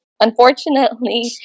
unfortunately